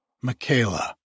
Michaela